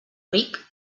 ric